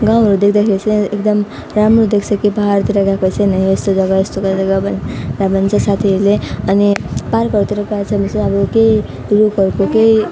देख्दाखेरि चाहिँ एकदम राम्रो देख्छ कि पाहाडतिर गएको चाहिँ यस्तो जग्गा साथीहरूले अनि पार्कहरूतिर गएछ भने चाहिँ अब केही रुखहरूको केही